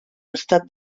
estat